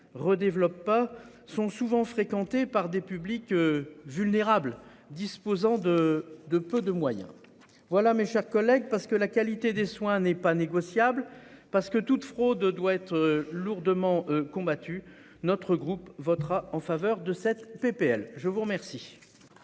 sont souvent fréquenté par des publics vulnérables disposant de de peu de moyens. Voilà, mes chers collègues. Parce que la qualité des soins n'est pas négociable. Parce que toute fraude doit être lourdement. Notre groupe votera en faveur de cette PPL je vous remercie.